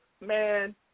man